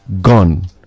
gone